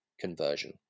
conversion